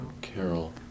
Carol